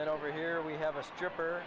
then over here we have a stripper